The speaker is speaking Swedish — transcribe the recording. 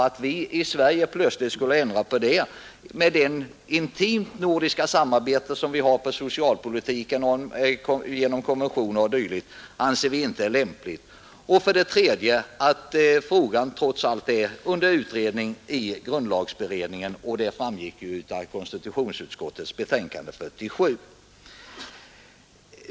Att vi i Sverige plötsligt ensidigt skulle ändra dessa regler, med det intima nordiska samarbete vi har inom socialpolitiken genom konventioner och dylikt, anser vi inte lämpligt. För det tredje utreds frågan av grundlagberedningen — det framgick ju av konstitutionsutskottets betänkande nr 47.